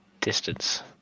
distance